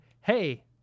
hey